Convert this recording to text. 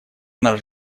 наш